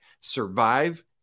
survive